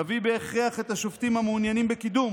תביא בהכרח את השופטים המעוניינים בקידום